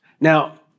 Now